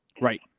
Right